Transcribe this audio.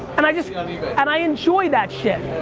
and i and i enjoy that shit,